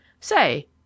Say